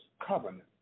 covenant